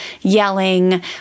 yelling